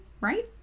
right